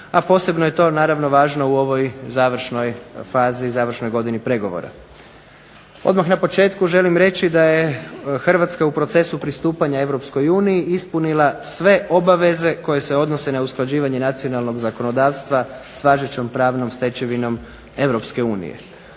a posebno je to naravno važno u ovoj završnoj fazi, završnoj godini pregovora. Odmah na početku želim reći da je Hrvatska u procesu pristupanja Europskoj uniji ispunila sve obaveze koje se odnose na usklađivanje nacionalnog zakonodavstva s važećom pravnom stečevinom Europske unije.